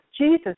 Jesus